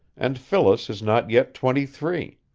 and phyllis is not yet twenty-three.